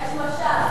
יש משט.